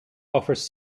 offers